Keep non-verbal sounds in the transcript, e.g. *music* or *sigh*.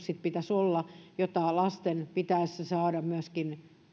*unintelligible* sitten pitäisi olla jota lasten pitäisi saada myöskin